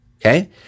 Okay